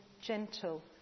gentle